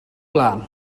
blaen